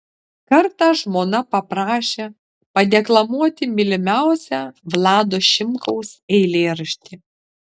kartą žmona paprašė padeklamuoti mylimiausią vlado šimkaus eilėraštį